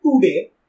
today